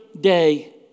day